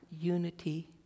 unity